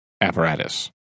apparatus